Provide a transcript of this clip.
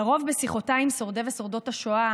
לרוב בשיחותיי עם שורדי ושורדות השואה